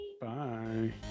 Bye